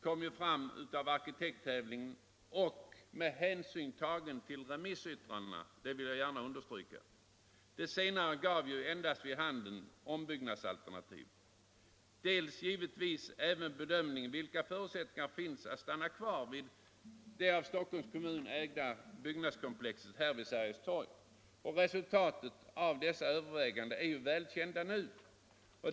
Vidare hade vi att ta hänsyn till resultatet av arkitekttävlingen och till inkomna remissyttranden, vilka dock endast rörde ombyggnadsalternativet. Likaså hade vi vid bedömningen att ta hänsyn till vilka förutsättningar som fanns att stanna kvar i det av Stockholms kommun ägda byggnadskomplexet här vid Sergels torg. Resultaten av dessa överväganden är nu väl kända.